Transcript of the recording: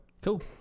Cool